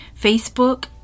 Facebook